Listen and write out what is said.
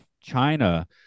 China